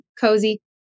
cozy